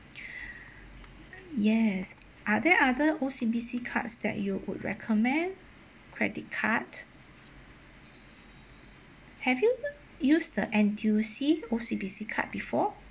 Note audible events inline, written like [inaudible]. [breath] yes are there other O_C_B_C cards that you would recommend credit card have you use the N_T_U_C O_C_B_C card before